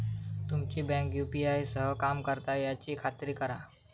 तुमची bank UPI सह काम करता याची खात्री करा